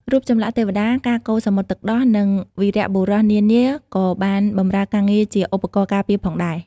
រូបចម្លាក់ទេវតា ការកូរសមុទ្រទឹកដោះ និងវីរបុរសនានាក៏បានបម្រើការងារជាឧបករណ៍ការពារផងដែរ។